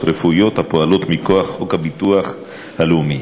רפואיות הפועלות מכוח חוק הביטוח הלאומי.